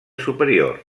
superior